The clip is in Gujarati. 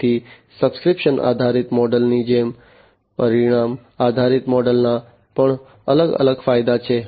તેથી સબ્સ્ક્રિપ્શન આધારિત મોડલની જેમ પરિણામ આધારિત મોડલના પણ અલગ અલગ ફાયદા છે